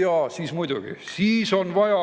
jaa, siis muidugi. Siis on vaja